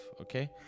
okay